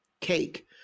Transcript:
cake